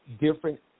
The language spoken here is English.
different